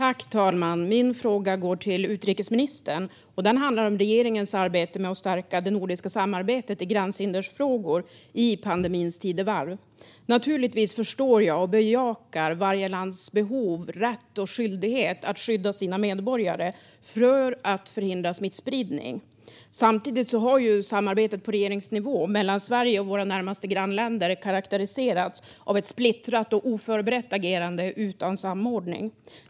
Fru talman! Min fråga går till utrikesministern. Den handlar om regeringens arbete med att stärka det nordiska samarbetet i gränshindersfrågor i pandemins tidevarv. Naturligtvis förstår jag och bejakar varje lands behov, rätt och skyldighet att skydda sina medborgare för att förhindra smittspridning. Samtidigt har samarbetet på regeringsnivå mellan Sverige och våra närmaste grannländer karaktäriserats av ett splittrat och oförberett agerande utan samordning.